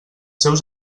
seus